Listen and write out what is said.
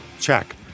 Check